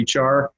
HR